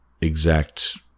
exact